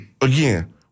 again